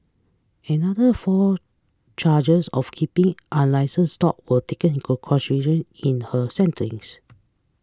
another four charges of keeping unlicens dog were taken into in her sentencing